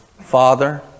Father